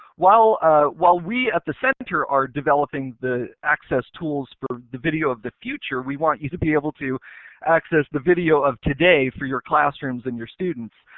while while we at the center are developing access tools for the video of the future we want you to be able to access the video of today for your classrooms and your students.